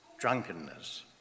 drunkenness